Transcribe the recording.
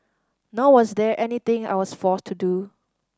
nor was there anything I was forced to do